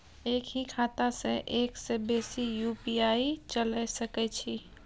एक ही खाता सं एक से बेसी यु.पी.आई चलय सके छि?